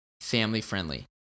family-friendly